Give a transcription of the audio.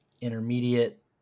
intermediate